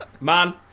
Man